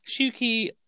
Shuki